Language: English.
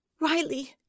Riley